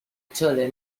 chole